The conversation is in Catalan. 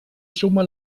suma